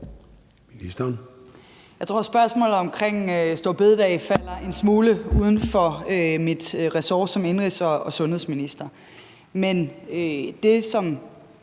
Jeg tror, at spørgsmålet om store bededag falder en smule uden for mit ressort som indenrigs- og sundhedsminister.